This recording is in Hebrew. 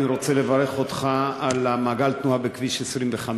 אני רוצה לברך אותך על מעגל התנועה בכביש 25,